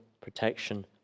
protection